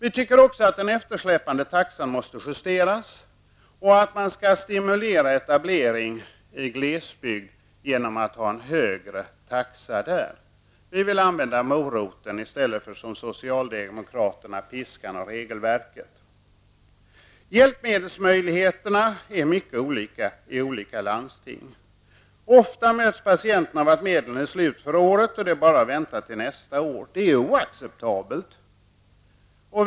Vi anser också att den eftersläpande taxan bör justeras och att man skall stimulera etablering i glesbygd genom att där ha en högre taxa. Vi vill använda moroten i stället för som socialdemokraterna piskan och regelverket. Möjligheten att få hjälpmedel är mycket olika i olika landsting. Oftast möts patienten av beskedet att medlen är slut för året, och det är bara att vänta till nästa år. Detta är oacceptabelt.